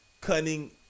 cunning